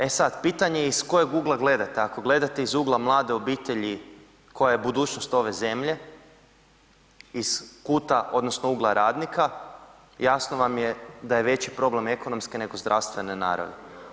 E sad pitanje je iz kojeg ugleda gledate, ako gledate iz ugla mlade obitelji koja je budućnost ove zemlje, iz kuta odnosno ugla radnika, jasno vam je da je veći problem ekonomske nego zdravstvene naravi.